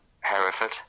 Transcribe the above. Hereford